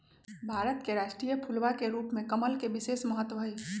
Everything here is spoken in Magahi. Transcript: भारत के राष्ट्रीय फूलवा के रूप में कमल के विशेष महत्व हई